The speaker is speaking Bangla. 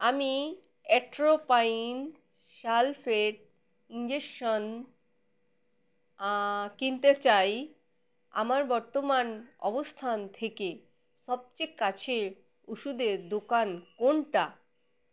আমি অ্যাট্রোপাইন সালফেট ইনজেকশন কিনতে চাই আমার বর্তমান অবস্থান থেকে সবচেয়ে কাছের ওষুধের দোকান কোনটা